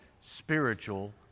spiritual